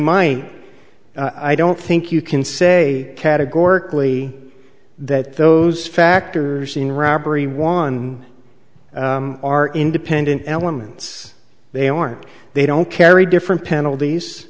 might i don't think you can say categorically that those factors in robbery one are independent elements they aren't they don't carry different penalties